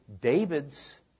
David's